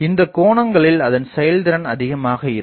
இந்த கோணங்களில் அதன் செயல்திறன் அதிகமாக இருக்கும்